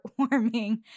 heartwarming